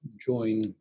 join